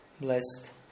blessed